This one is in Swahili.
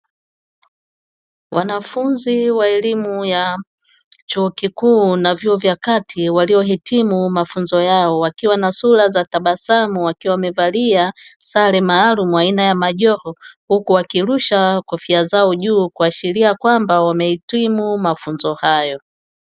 Wanafunzi wa elimu ya chuo kikuu na vyuo vya kati, walio hitimu mafunzo yao wakiwa na sura za tabasamu wakiwa wamevalia sare maalum aina ya majoho huku wakirusha kofia zao juu kuashiria kwamba wamehitimu mafunzo hayo.